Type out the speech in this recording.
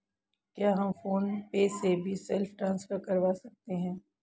क्या हम PhonePe से भी सेल्फ ट्रांसफर करवा सकते हैं?